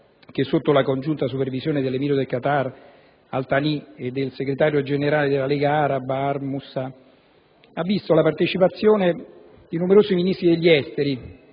che, sotto la congiunta supervisione dell'emiro del Qatar, al-Thani, e del segretario generale della Lega araba, Amr Moussa, ha visto la partecipazione di numerosi Ministri degli esteri